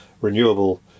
renewable